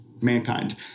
mankind